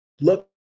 look